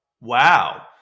wow